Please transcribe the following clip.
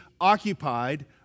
occupied